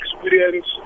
experience